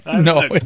No